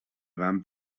van